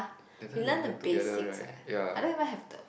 that time we learn together right ya